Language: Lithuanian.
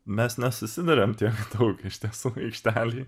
mes nesusiduriam tiek daug iš tiesų aikštelėj